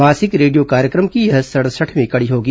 मासिक रेडियो कार्यक्रम की यह सड़सठवीं कडी होगी